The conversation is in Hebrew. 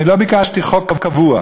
אני לא ביקשתי חוק קבוע,